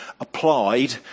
applied